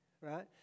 right